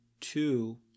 Two